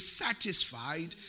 satisfied